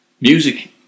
music